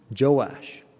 Joash